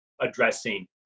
addressing